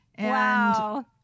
Wow